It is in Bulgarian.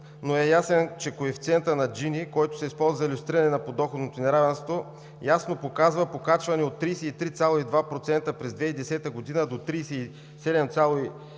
Не е ясно, но Коефициентът на Джини, който се използва за илюстриране на подоходното неравенство, ясно показва покачване от 33,2% през 2010 г. до 37,7%